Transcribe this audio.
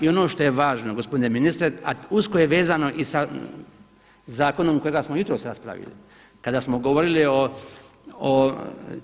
I ono što je važno gospodine ministre, a usko je vezano i sa zakonom kojega smo jutros raspravili kada smo govorili o